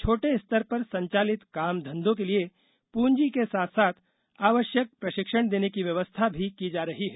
छोटे स्तर पर संचालित काम घंघों के लिए पूँजी के साथ साथ आवश्यक प्रशिक्षण देने की व्यवस्था भी की जा रही है